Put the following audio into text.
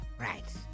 Right